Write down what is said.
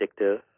addictive